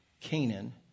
Canaan